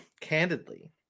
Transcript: candidly